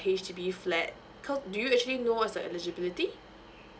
H_D_B flat so do you actually know what's the eligibility